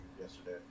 yesterday